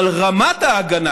אבל רמת ההגנה,